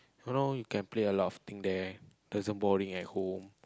ya loh you can play a lot of thing there doesn't boring at home